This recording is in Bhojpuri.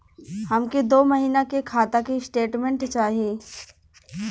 हमके दो महीना के खाता के स्टेटमेंट चाही?